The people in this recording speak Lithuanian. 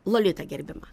lolita gerbima